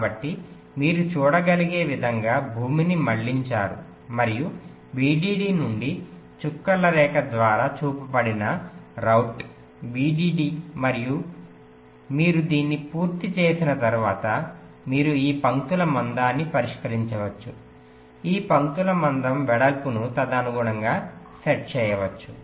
కాబట్టి మీరు చూడగలిగే విధంగా భూమిని మళ్ళించారు మరియు VDD నుండి చుక్కల రేఖ ద్వారా చూపబడిన రౌట్ VDD మరియు మీరు దీన్ని పూర్తి చేసిన తర్వాత మీరు ఈ పంక్తుల మందాన్ని పరిష్కరించవచ్చు ఈ పంక్తుల మందం వెడల్పును తదనుగుణంగా సెట్ చేయవచ్చు